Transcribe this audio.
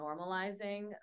normalizing